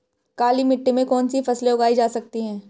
काली मिट्टी में कौनसी फसलें उगाई जा सकती हैं?